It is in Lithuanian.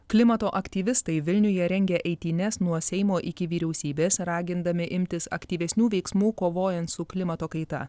klimato aktyvistai vilniuje rengia eitynes nuo seimo iki vyriausybės ragindami imtis aktyvesnių veiksmų kovojant su klimato kaita